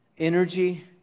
Energy